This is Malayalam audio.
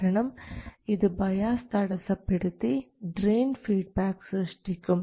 കാരണം ഇത് ബയാസ് തടസ്സപ്പെടുത്തി ഡ്രയിൻ ഫീഡ്ബാക്ക് സൃഷ്ടിക്കും